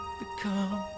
become